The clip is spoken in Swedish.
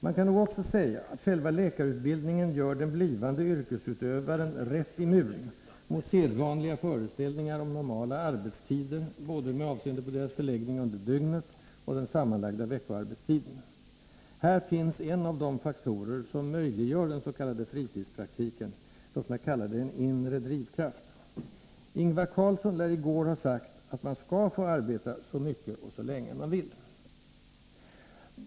Man kan nog också säga att själva läkarutbildningen gör den blivande yrkesutövaren rätt immun mot sedvanliga föreställningar om normala arbetstider, med avseende på både arbetstidernas förläggning under dygnet och den sammanlagda veckorarbetstiden. Här finns en av de faktorer som möjliggör dens.k. fritidspraktiken — låt mig kalla det en inre drivkraft. Ingvar Carlsson lär i går ha sagt att man skall få arbeta så mycket och så länge man vill.